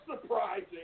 surprising